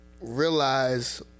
Realize